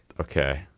Okay